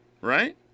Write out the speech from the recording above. right